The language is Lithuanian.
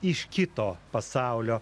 iš kito pasaulio